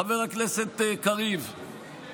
חבר הכנסת קריב,